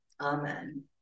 Amen